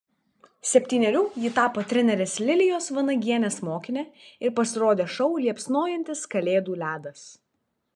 septynerių ji tapo trenerės lilijos vanagienės mokine ir pasirodė šou liepsnojantis kalėdų ledas